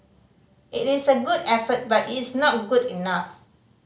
it is a good effort but it's not good enough